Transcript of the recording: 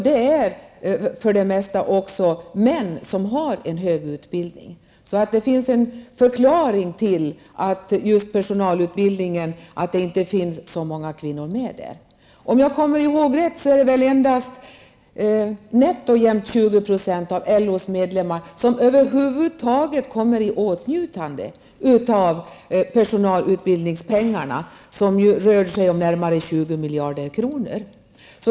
Det är för det mesta män som har en hög utbildning. Så det finns en förklaring till att det inte finns så många kvinnor med i personalutbildningen. Om jag kommer ihåg rätt, är det nätt och jämnt 20 % av LOs medlemmar som över huvud taget kommer i åtnjutande av personalutbildningspengarna. Det rör sig om närmare 20 miljarder kronor.